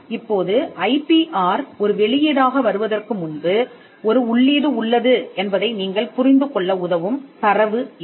இப்போது I P R ஒரு வெளியீடாக வருவதற்கு முன்பு ஒரு உள்ளீடு உள்ளது என்பதை நீங்கள் புரிந்துகொள்ள உதவும் தரவு இது